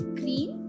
cream